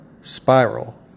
spiral